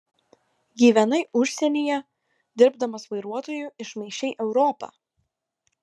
gyvenai užsienyje dirbdamas vairuotoju išmaišei europą